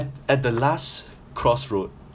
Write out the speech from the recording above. at at the last crossroad